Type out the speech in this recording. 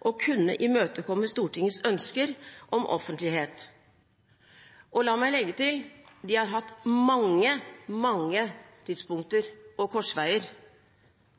å kunne imøtekomme Stortingets ønsker om offentlighet. Og la meg legge til: De har hatt mange tidspunkter og korsveier